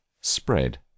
spread